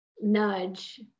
nudge